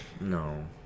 no